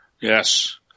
Yes